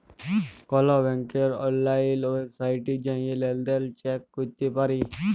call ব্যাংকের অললাইল ওয়েবসাইটে জাঁয়ে লেলদেল চ্যাক ক্যরতে পারি